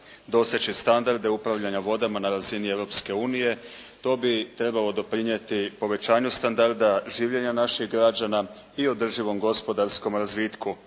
doseći standarde upravljanja vodama na razini Europske unije. To bi trebalo doprinijeti povećanju standarda življenja naših građana i održivom gospodarskom razvitku.